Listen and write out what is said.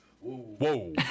whoa